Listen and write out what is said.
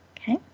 Okay